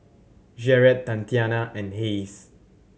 Jarret Tatiana and Hayes